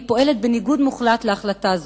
היא פועלת בניגוד מוחלט להחלטה הזאת.